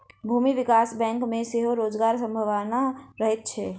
भूमि विकास बैंक मे सेहो रोजगारक संभावना रहैत छै